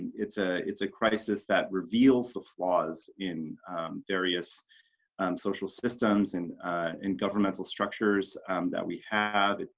it's a it's a crisis that reveals the flaws in various social systems and in governmental structures that we have.